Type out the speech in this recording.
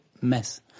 mess